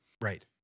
Right